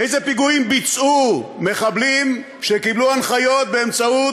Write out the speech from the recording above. איזה פיגועים ביצעו מחבלים שקיבלו הנחיות באמצעות